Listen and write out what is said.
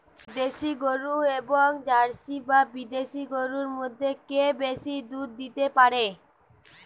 দেশী গরু এবং জার্সি বা বিদেশি গরু মধ্যে কে বেশি দুধ দিতে পারে?